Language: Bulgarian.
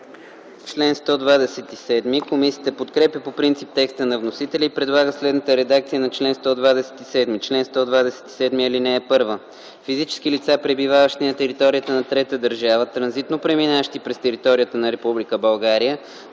ЦИПОВ: Комисията подкрепя по принцип текста на вносителя и предлага следната редакция на чл. 127: “Чл. 127. (1) Физически лица, пребиваващи на територията на трета държава, транзитно преминаващи през територията на Република България,